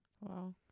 Wow